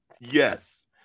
Yes